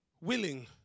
willing